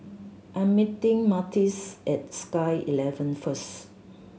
I'm meeting Myrtis at Sky eleven first